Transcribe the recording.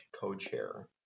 co-chair